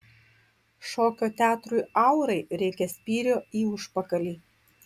šokio teatrui aurai reikia spyrio į užpakalį